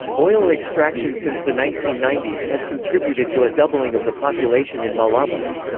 oil extraction since the nineteen ninety s has contributed to a doubling of the population in malabo.